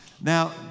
Now